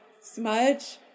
smudge